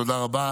תודה רבה.